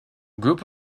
group